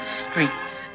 streets